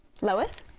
Lois